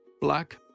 black